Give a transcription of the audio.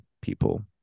people